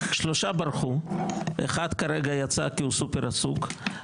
שלושה ברחו, אחד כרגע יצא כי הוא סופר עסוק.